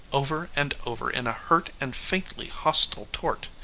over and over in a hurt and faintly hostile torte.